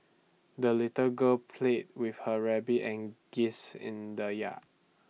the little girl played with her rabbit and geese in the yard